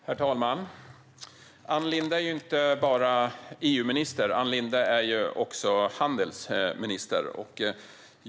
Herr talman! Ann Linde är inte bara EU-minister utan också handelsminister.